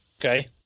Okay